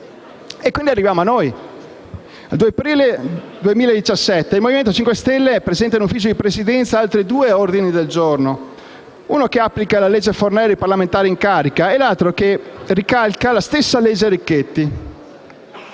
Arriviamo a noi: il 2 aprile 2017 il Movimento 5 Stelle ha presentato in Ufficio di Presidenza altri due ordini del giorno, uno che applica la legge Fornero ai parlamentari in carica e l'altro che ricalca la stessa legge Richetti.